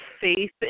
faith